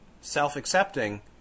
Self-accepting